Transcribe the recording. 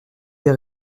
des